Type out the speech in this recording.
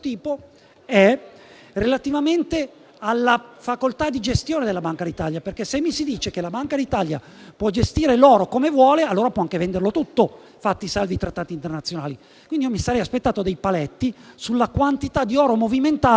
relativamente alla facoltà di gestione della Banca d'Italia, perché se si afferma che può gestire l'oro come vuole, allora può anche venderlo tutto, fatti salvi i trattati internazionali. Mi sarei quindi aspettato dei paletti sulla quantità di oro movimentabile